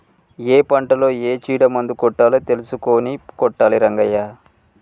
ఏ పంటలో ఏ చీడ మందు కొట్టాలో తెలుసుకొని కొట్టాలి రంగయ్య